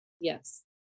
Yes